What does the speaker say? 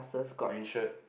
green shirt